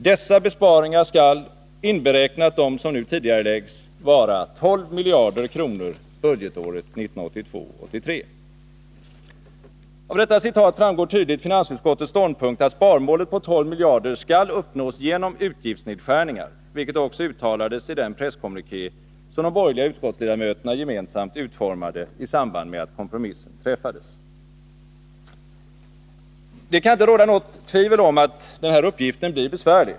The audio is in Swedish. Dessa besparingar skall — inberäknat dem som nu tidigareläggs — vara 12 miljarder kronor budgetåret 1982/83 ---.” Av detta citat framgår tydligt finansutskottets ståndpunkt att sparmålet på 12 miljarder skall uppnås genom utgiftsnedskärningar, vilket också uttalades i den presskommuniké som de borgerliga utskottsledamöterna gemensamt utformade i samband med att kompromissen träffades. Det kan inte råda något tvivel om att denna uppgift blir besvärlig.